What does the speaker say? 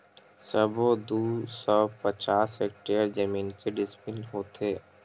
सबो दू सौ पचास हेक्टेयर जमीन के डिसमिल होथे?